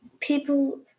People